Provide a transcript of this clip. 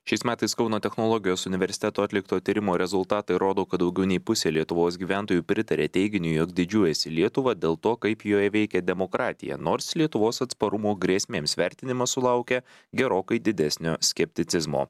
šiais metais kauno technologijos universiteto atlikto tyrimo rezultatai rodo kad daugiau nei pusė lietuvos gyventojų pritaria teiginiui jog didžiuojasi lietuva dėl to kaip joje veikia demokratija nors lietuvos atsparumo grėsmėms vertinimas sulaukia gerokai didesnio skepticizmo